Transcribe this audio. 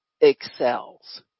excels